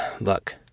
look